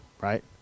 right